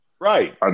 Right